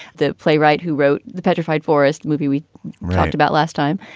the playwright who wrote the petrified forest movie we talked about last time.